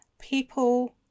people